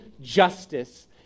justice